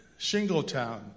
Shingletown